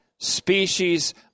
species